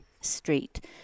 street